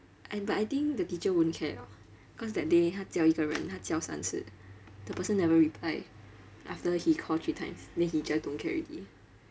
I but I think the teacher won't care orh cause that day 他叫一个人他叫三次 the person never reply after that he call three times then he just don't care already